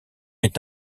est